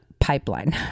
pipeline